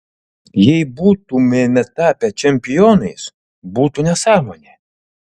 jei būtumėme tapę čempionais būtų nesąmonė